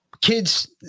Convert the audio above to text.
kids